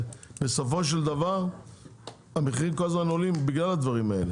בסופו של דבר המחירים כל הזמן עולים בגלל הדברים האלה.